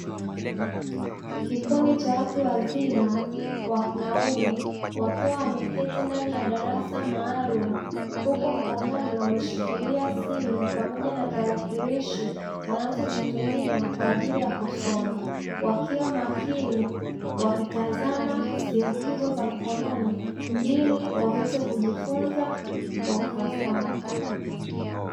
Kikundi cha watu wazima wanaume wakiwa wameketi ndani ya darasa maalumu, huku mkononi wameshikilia simu pamoja na tarakilishi wanaozitumia kwa ajili ya kusoma. Wakiwa makini wakitazama simu hizo za mkononi wakijifunza kwa ufasaha.